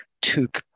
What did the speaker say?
took